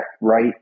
right